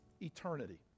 eternity